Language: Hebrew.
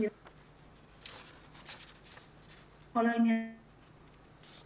הם אמורים לעשות פיקוח על כל שוק ההימורים בישראל.